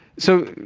so,